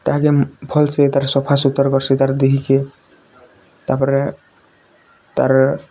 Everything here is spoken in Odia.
ତାହାକେ ଭଲ୍ସେ ତାର୍ ସଫା ସୁତର୍ କର୍ସି ତା'ର୍ ଦେହେଁ କେ ତାର୍ ପରେ ତା'ର୍